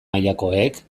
mailakoek